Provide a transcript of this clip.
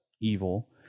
evil